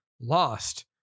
Lost